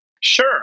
Sure